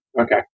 Okay